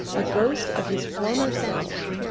a ghost of his former self,